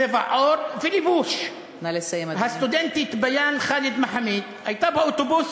צבע עור ולבוש: הסטודנטית ביאן ח'אלד מחאמיד הייתה באוטובוס